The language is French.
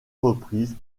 reprises